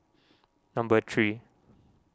number three